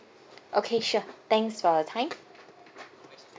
okay sure thanks for your time